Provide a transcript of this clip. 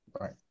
Right